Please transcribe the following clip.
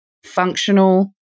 functional